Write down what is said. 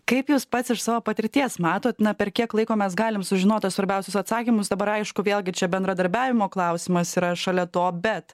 kaip jūs pats iš savo patirties matot na per kiek laiko mes galim sužinot tuos svarbiausius atsakymus dabar aišku vėlgi čia bendradarbiavimo klausimas yra šalia to bet